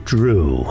Drew